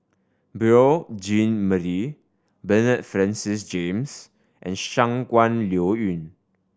Beurel Jean Marie Bernard Francis James and Shangguan Liuyun